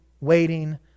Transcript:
waiting